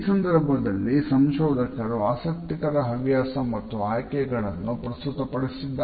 ಈ ಸಂದರ್ಭದಲ್ಲಿ ಸಂಶೋಧಕರು ಆಸಕ್ತಿಕರ ಹವ್ಯಾಸ ಮತ್ತು ಆಯ್ಕೆಗಳನ್ನು ಪ್ರಸ್ತುತ ಪಡಿಸಿದ್ದಾರೆ